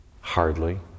Hardly